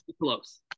close